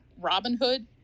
Robinhood